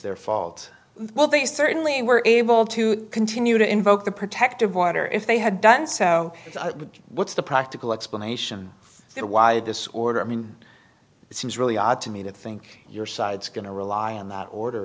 their fault well they certainly were able to continue to invoke the protective water if they had done so what's the practical explanation for why this order i mean it seems really odd to me to think your side's going to rely on the order